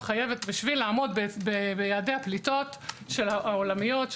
חייבת בשביל לעמוד ביעדי הפליטות העולמיות,